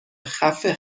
خفه